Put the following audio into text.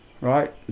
right